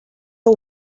are